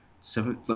seven